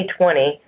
2020